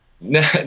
No